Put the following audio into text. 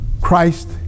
Christ